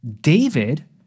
David